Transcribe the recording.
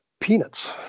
peanuts